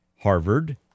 Harvard